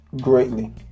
greatly